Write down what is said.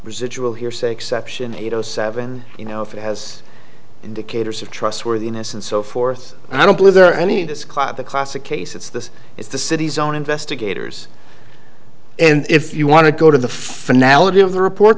residual hearsay exception eight zero seven you know if it has indicators of trustworthiness and so forth i don't believe there are any this client the classic case it's this is the city's own investigators and if you want to go to the finality of the report